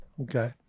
Okay